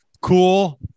cool